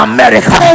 America